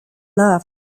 loved